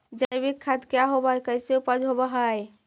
जैविक खाद क्या होब हाय कैसे उपज हो ब्हाय?